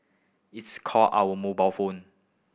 it's call our mobile phone